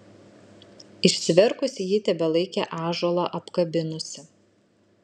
išsiverkusi ji tebelaikė ąžuolą apkabinusi